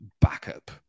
backup